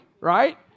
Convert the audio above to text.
Right